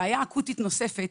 בעיה אקוטית נוספת